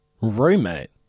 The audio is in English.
Roommate